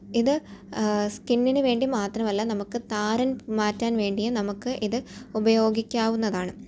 ഇത് സ്കിന്നിന് വേണ്ടി മാത്രമല്ല നമുക്ക് താരൻ മാറ്റാൻ വേണ്ടിയും നമുക്ക് ഇത് ഉപയോഗിക്കാവുന്നതാണ്